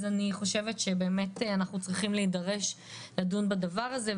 אני חושבת שאנחנו צריכים להידרש לדון בדבר הזה.